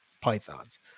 pythons